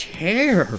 hair